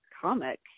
comic